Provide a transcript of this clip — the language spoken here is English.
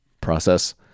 process